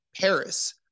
Paris